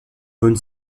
bonne